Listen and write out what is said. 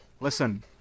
Listen